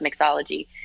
mixology